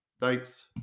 Thanks